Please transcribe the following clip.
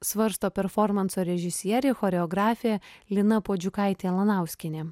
svarsto performanso režisierė choreografė lina puodžiukaitė lanauskienė